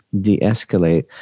de-escalate